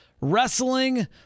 wrestling